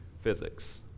physics